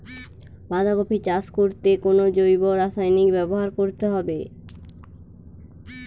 বাঁধাকপি চাষ করতে কোন জৈব রাসায়নিক ব্যবহার করতে হবে?